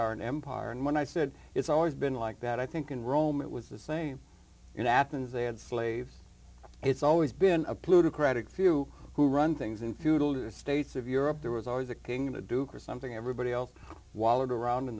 are an empire and when i said it's always been like that i think in rome it was the same in athens they had slaves it's always been a plutocratic few who run things in feudal states of europe there was always a king the duke or something everybody else wallowed around in